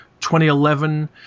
2011